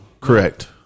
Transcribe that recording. correct